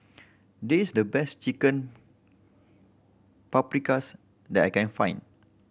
this the best Chicken Paprikas that I can find